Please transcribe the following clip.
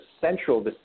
central